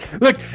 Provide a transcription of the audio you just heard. Look